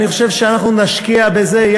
אני חושב שאנחנו נשקיע בזה.